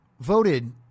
voted